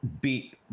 beat